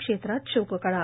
क्षेत्रात शोककळा